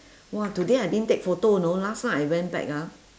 !wah! today I didn't take photo you know last night I went back ah